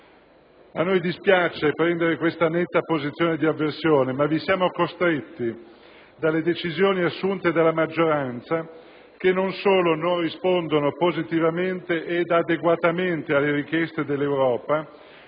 A noi dispiace prendere questa netta posizione di avversione, ma vi siamo costretti dalle decisioni assunte dalla maggioranza, che non solo non rispondono positivamente ed adeguatamente alla richiesta dell'Europa,